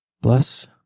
Bless